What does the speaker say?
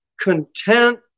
content